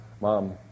Mom